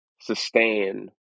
sustain